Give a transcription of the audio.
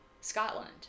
Scotland